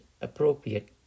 appropriate